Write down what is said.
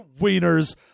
Wieners